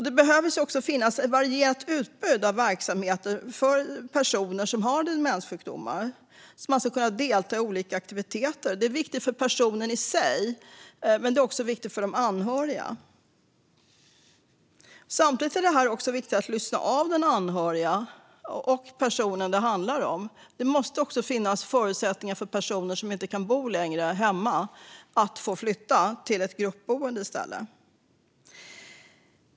Det behöver också finnas ett varierat utbud av verksamheter för personer som har demenssjukdomar så att de kan delta i olika aktiviteter. Det är viktigt för personen i sig, men det är också viktigt för de anhöriga. Samtidigt är det också viktigt att lyssna in de anhöriga och personen det handlar om. Det måste finnas förutsättningar för personer som inte kan bo hemma längre att få flytta till ett gruppboende i stället.